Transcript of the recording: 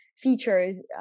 features